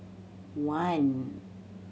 one